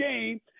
game